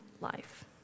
life